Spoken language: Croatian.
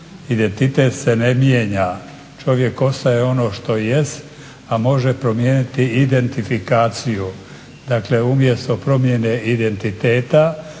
Identitet se ne mijenja, čovjek ostaje ono što jest, a može promijeniti identifikaciju. Dakle umjesto promjene identiteta